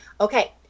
Okay